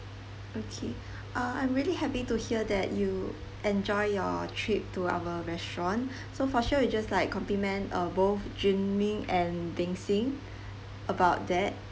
okay uh I'm really happy to hear that you enjoy your trip to our restaurant so for sure we just like compliment of both jun ming and bing sing about that